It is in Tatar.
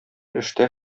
эштә